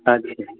अच्छा